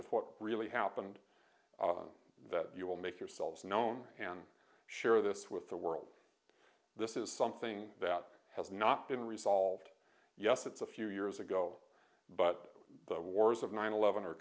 of what really happened on that you will make yourselves known and share this with the world this is something that has not been resolved yes it's a few years ago but the wars of nine eleven